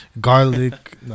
garlic